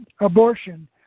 abortion